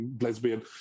lesbian